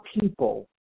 people